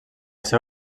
seu